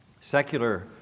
Secular